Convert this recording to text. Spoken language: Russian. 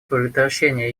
предотвращение